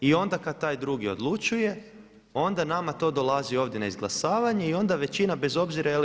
I onda kada taj drugi odlučuje, onda nama to dolazi ovdje na izglasavanje i onda većina bez obzira je li